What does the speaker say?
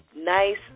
nice